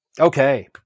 Okay